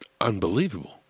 unbelievable